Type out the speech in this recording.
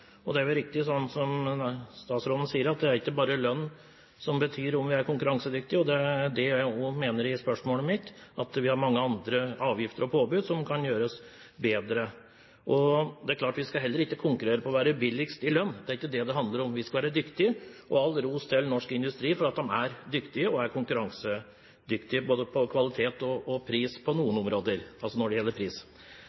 Det er riktig som statsråden sier, at det ikke bare er lønn som betyr at vi er konkurransedyktige. Det er også det jeg mener med spørsmålet mitt; vi har mange avgifter og påbud som kan gjøres bedre. Det er klart at vi heller ikke skal konkurrere om å være billigst i lønn, det er ikke det det handler om. Vi skal være dyktige: all ros til norsk industri for at den er konkurransedyktig på både kvalitet og på noen områder pris. Det det handler om, er